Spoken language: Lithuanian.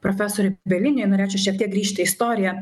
profesoriui bieliniui norėčiau šiek tiek grįžt į istoriją